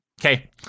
Okay